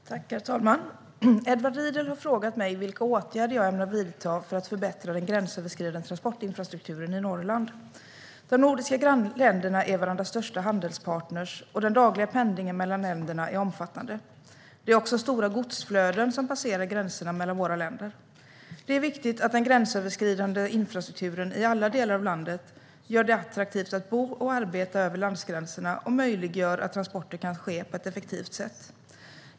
Svar på interpellationer Herr talman! Edward Riedl har frågat mig vilka åtgärder jag ämnar vidta för att förbättra den gränsöverskridande transportinfrastrukturen i Norrland. De nordiska länderna är varandras största handelspartner, och den dagliga pendlingen mellan länderna är omfattande. Det är också stora godsflöden som passerar gränserna mellan våra länder. Det är viktigt att den gränsöverskridande infrastrukturen, i alla delar av landet, gör det attraktivt att bo och arbeta över landgränserna och möjliggör att transporter kan ske på ett effektivt sätt.